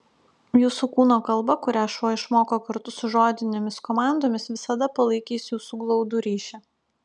jūsų kūno kalba kurią šuo išmoko kartu su žodinėmis komandomis visada palaikys jūsų glaudų ryšį